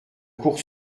cour